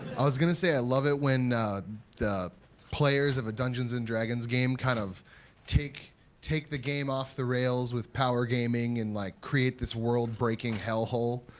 i was going to say, i love it when the players of a dungeons and dragons game kind of take take the game off the rails with power gaming, and like create this world-breaking hell hole.